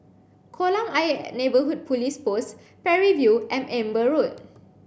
Kolam Ayer Neighbourhood Police Post Parry View and Amber Road